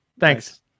Thanks